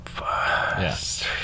yes